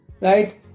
right